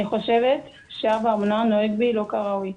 חושבת שאב האומנה נוהג בי לא כראוי.